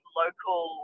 local